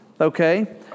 Okay